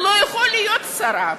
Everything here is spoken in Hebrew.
זה לא יכול להיות, השר.